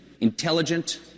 intelligent